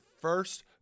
first